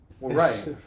Right